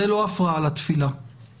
זו פגיעה בכבודו של החג ובכבודם של המתפללים?